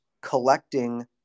collecting